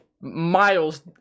miles